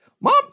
mom